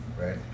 right